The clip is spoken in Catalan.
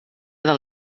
del